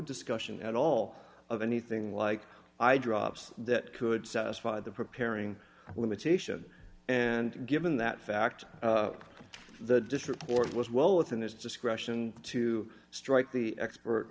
discussion at all of anything like i dropped that could satisfy the preparing limitation and given that fact the district court was well within its discretion to strike the expert